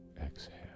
exhale